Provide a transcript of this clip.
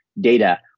data